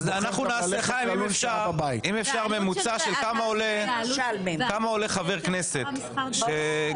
אם אפשר לדעת כמה עולה בממוצע חבר כנסת שגר